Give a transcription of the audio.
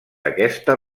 aquesta